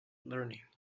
learning